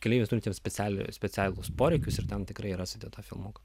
keleiviams turintiems specialią specialūs poreikius ir tam tikrai rasite tą filmuką